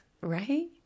right